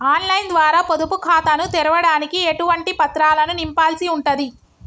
On line ద్వారా పొదుపు ఖాతాను తెరవడానికి ఎటువంటి పత్రాలను నింపాల్సి ఉంటది?